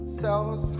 cells